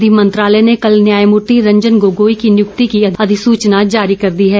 विधि मंत्रालय ने कल न्यायमर्ति रंजन गोगोई की नियुक्ति की अधिसुचना जारी कर दी है